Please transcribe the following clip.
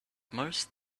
most